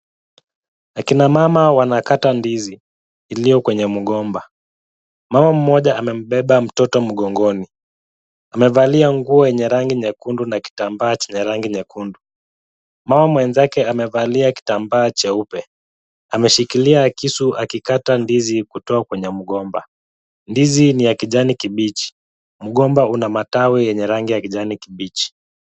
Akina mama wanakata ndizi, iliyo kwenye mgomba. Mama mmoja amembeba mtoto mgongoni. Amevalia nguo yenye rangi nyekundu na kitambaa chenye rangi nyekundu. Mama mwenzake amevalia kitambaa cheupe. Ameshikilia kisu akikata ndizi kutoa kwenye mgomba. Ndizi ni ya kijani kibichi, mgomba una matawi yenye rangi ya kijani kibichi.